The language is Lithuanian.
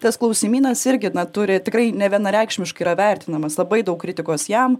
tas klausimynas irgi turi tikrai nevienareikšmiškai yra vertinamas labai daug kritikos jam